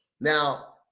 Now